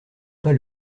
pas